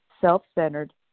self-centered